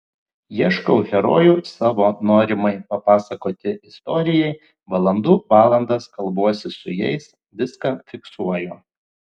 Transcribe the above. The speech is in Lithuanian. ieškau herojų savo norimai papasakoti istorijai valandų valandas kalbuosi su jais viską fiksuoju